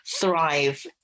thrive